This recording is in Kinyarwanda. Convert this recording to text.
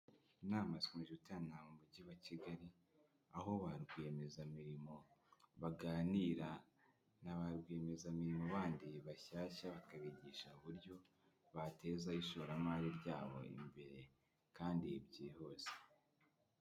Inama zikomeje guteranira mu mujyi wa Kigali aho ba rwiyemezamirimo baganira na ba rwiyemezamirimo bandi bashyashya, bakabigisha uburyo bateza ishoramari ryabo imbere kandi byihuse.